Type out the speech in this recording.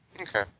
Okay